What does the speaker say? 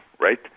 right